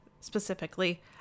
specifically